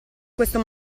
questo